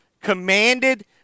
commanded